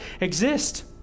exist